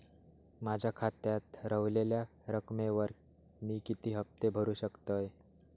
माझ्या खात्यात रव्हलेल्या रकमेवर मी किती हफ्ते भरू शकतय?